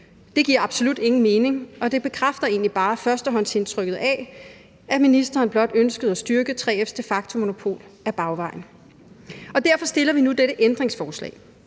Det giver absolut ingen mening, og det bekræfter egentlig bare førstehåndsindtrykket af, at ministeren ønskede at styrke 3F's de facto-monopol ad bagvejen. Og derfor stiller vi nu dette ændringsforslag,